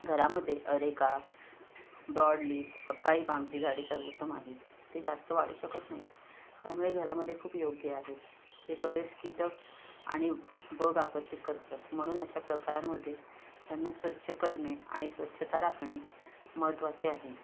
घरामध्ये areca broadleaf acai पामची झाडे सर्वोत्तम आहेत ते जास्त वाढू शकत नाहीत त्यामुळे घरामध्ये खूप योग्य आहे ते बरेच कीटक आणि बग आकर्षित करतात म्हणून अशा प्रकारांमध्ये त्यांना स्वच्छ करणे आणि स्वच्छता राखणे महत्त्वाचे आहे